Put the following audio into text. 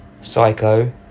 Psycho